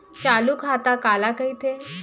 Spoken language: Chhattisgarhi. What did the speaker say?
चालू खाता काला कहिथे?